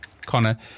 Connor